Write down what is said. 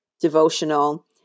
devotional